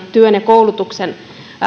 työn ja koulutuksen